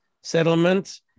settlement